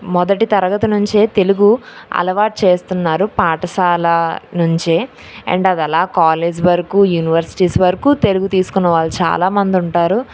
మొదటి తరగతి నుంచే తెలుగు అలవాటు చేస్తున్నారు పాఠశాల నుంచే అండ్ అది అలా కాలేజ్ వరకు యూనివర్సిటీస్ వరకు తెలుగు తీసుకున్న వాళ్ళు చాలా మంది ఉంటారు